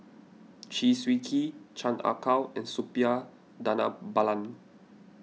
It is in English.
Chew Swee Kee Chan Ah Kow and Suppiah Dhanabalan